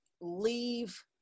leave